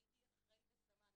אני הייתי אחראית השמה,